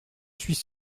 suis